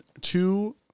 two